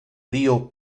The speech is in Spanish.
río